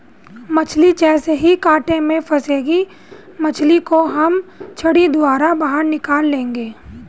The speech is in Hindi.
मछली जैसे ही कांटे में फंसेगी मछली को हम छड़ी द्वारा बाहर निकाल लेंगे